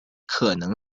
可能